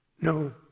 No